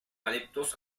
adeptos